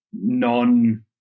Non